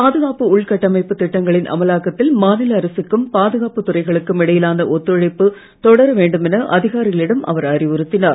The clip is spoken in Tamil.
பாதுகாப்பு உள்கட்டமைப்பு அமலாக்கத்தில் மாநில அரசுக்கும் பாதுகாப்பு திட்டங்களின் துறைகளுக்கும் இடையிலான ஒத்துழைப்பு தொடர வேண்டுமென அதிகாரிகளிடம் அவர் அறிவுறுத்தினார்